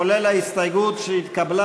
כולל ההסתייגות שהתקבלה,